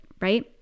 right